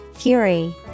Fury